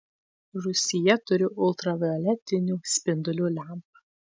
rūsyje turiu ultravioletinių spindulių lempą